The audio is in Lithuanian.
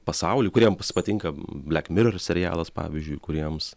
pasaulį kuriem patinka black mirror serialas pavyzdžiui kuriems